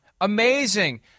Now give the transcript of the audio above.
Amazing